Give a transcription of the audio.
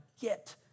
get